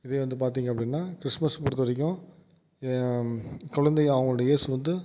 இதுவே வந்து பார்த்திங்க அப்படினா கிறிஸ்மஸ் பொறுத்த வரைக்கும் குழந்தையை அவர்களுடைய ஏசு வந்து